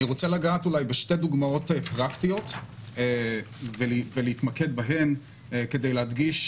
אני רוצה לגעת בשתי דוגמאות פרקטיות ולהתמקד בהן כדי להדגיש